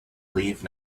leave